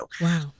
Wow